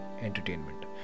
entertainment